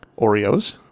Oreos